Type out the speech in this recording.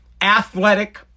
athletic